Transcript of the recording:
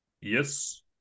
Yes